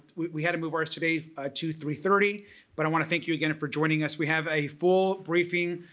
we we had to move ours today ah to three thirty but i want to thank you again for joining us. we have a full briefing,